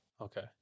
Okay